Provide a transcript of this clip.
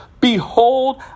behold